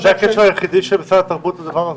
זה הקשר היחידי של משרד התרבות לדבר?